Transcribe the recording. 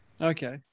Okay